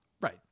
Right